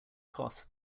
costs